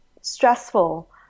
stressful